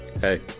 Hey